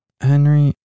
Henry